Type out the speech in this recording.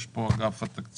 יש פה את אגף התקציבים.